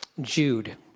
Jude